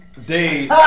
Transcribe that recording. days